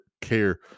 care